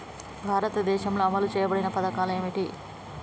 భారతదేశంలో అమలు చేయబడిన పథకాలు ఏమిటి?